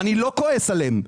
אני לא כועס עליהם,